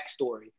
backstory